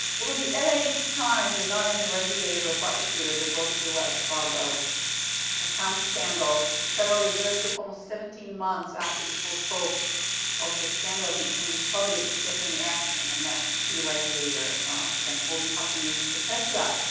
it was the la times and not any regulator or prosecutor that broke the wells fargo accounts scandals. the federal reserve took almost seventeen months after the full scope of the scandal became public to take any action and that's a key regulator for bank holding companies. for tesla,